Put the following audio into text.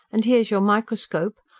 and here's your microscope.